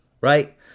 right